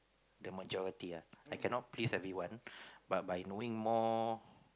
the majority ah I cannot please everyone but by knowing more